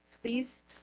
please